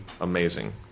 amazing